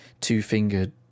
two-fingered